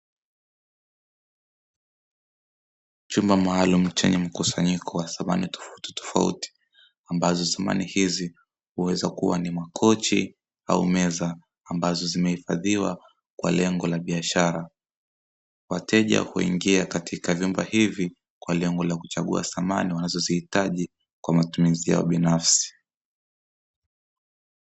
Chumba maalumu chenye mkusanyiko wa samani tofautitofauti ambazo samani hizi huweza kuwa ni makochi au meza ambazo zimehifadhiwa kwa lengo la biashara, wateja huingia katika vyumba hivi kwa lengo la kuchagua samani wanazozihitaji kwa matumizi yao binafsi.